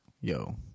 yo